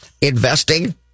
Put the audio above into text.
investing